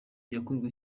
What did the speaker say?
yakunzwe